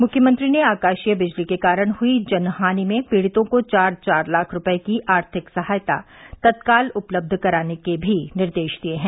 मुख्यमंत्री ने आकाशीय बिजली के कारण हुई जन हानि में पीड़ितों को चार चार लाख रूपये की आर्थिक सहायता तत्काल उपलब्ध कराने के भी निर्देश दिये हैं